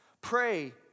Pray